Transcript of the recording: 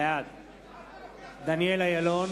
בעד דניאל אילון,